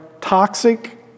toxic